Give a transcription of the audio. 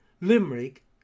Limerick